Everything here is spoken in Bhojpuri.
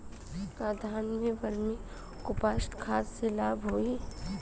का धान में वर्मी कंपोस्ट खाद से लाभ होई?